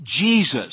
Jesus